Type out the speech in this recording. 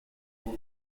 dans